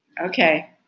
Okay